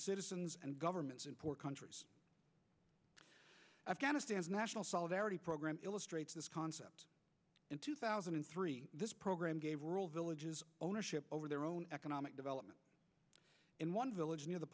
citizens and governments in poor countries afghanistan's national solidarity program illustrates this concept in two thousand and three this program gave rural villages ownership over their own economic development in one village near the